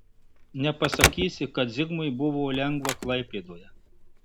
nepasakysi kad zigmui buvo lengva klaipėdoje